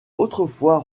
autrefois